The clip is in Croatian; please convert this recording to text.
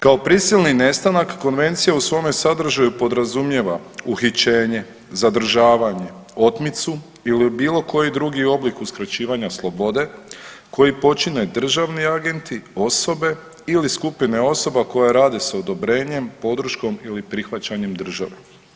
Kao prisilni nestanak konvencija u svome sadržaju podrazumijeva uhićenje, zadržavanje, otmicu ili bilo koji drugi oblik uskraćivanja slobode koji počine državni agenti, osobe ili skupine osoba koje rade sa odobrenjem, podrškom ili prihvaćanjem države.